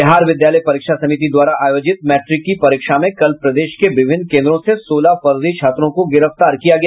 बिहार विद्यालय परीक्षा समिति द्वारा आयोजित मैट्रिक की परीक्षा में कल प्रदेश के विभिन्न केन्द्रों से सोलह फर्जी छात्रों को गिरफ्तार किया गया